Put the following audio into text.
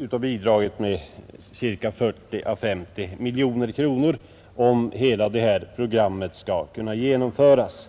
40—50 miljoner kronor, om hela det här programmet skall kunna genomföras.